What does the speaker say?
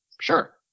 sure